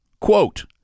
quote